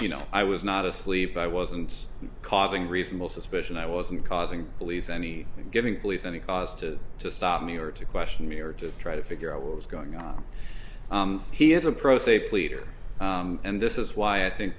you know i was not asleep i wasn't causing reasonable suspicion i wasn't causing police any giving police any cause to to stop me or to question me or to try to figure out what was going on he is a pro se fleeter and this is why i think